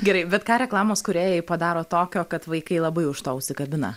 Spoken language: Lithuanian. gerai bet ką reklamos kūrėjai padaro tokio kad vaikai labai už to užsikabina